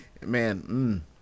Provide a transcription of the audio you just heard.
Man